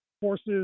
forces